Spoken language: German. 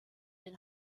den